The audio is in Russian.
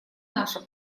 наша